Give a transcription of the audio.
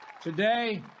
today